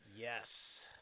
Yes